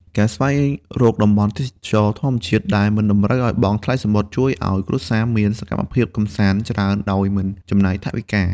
ការស្វែងរកតំបន់ទេសចរណ៍ធម្មជាតិដែលមិនតម្រូវឱ្យបង់ថ្លៃសំបុត្រ ជួយឱ្យគ្រួសារមានសកម្មភាពកម្សាន្តច្រើនដោយមិនចំណាយថវិកា។